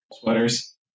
sweaters